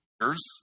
years